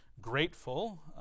grateful